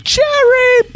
Cherry